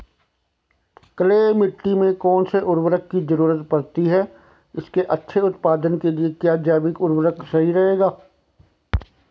Clay मिट्टी में कौन से उर्वरक की जरूरत पड़ती है इसके अच्छे उत्पादन के लिए क्या जैविक उर्वरक सही रहेगा?